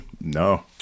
no